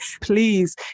Please